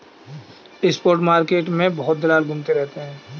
spot market में बहुत दलाल घूमते रहते हैं